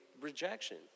rejection